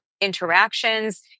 interactions